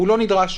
לא נדרש.